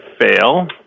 fail